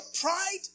pride